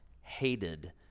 hated